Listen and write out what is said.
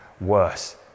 worse